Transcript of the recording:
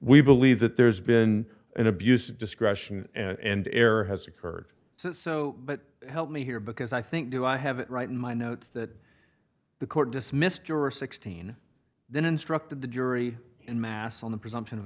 we believe that there's been an abuse of discretion and error has occurred so help me here because i think do i have it right in my notes that the court dismissed juror sixteen then instructed the jury in mass on the presumption of